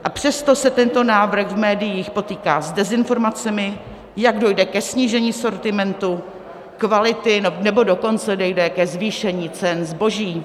A přesto se tento návrh v médiích potýká s dezinformacemi, jak dojde ke snížení sortimentu, kvality, nebo dokonce dojde ke zvýšení cen zboží.